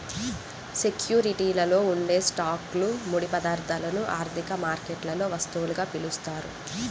సెక్యూరిటీలలో ఉండే స్టాక్లు, ముడి పదార్థాలను ఆర్థిక మార్కెట్లలో వస్తువులుగా పిలుస్తారు